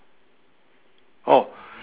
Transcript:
oh